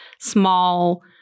small